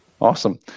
Awesome